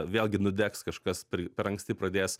vėlgi nudegs kažkas pri per anksti pradės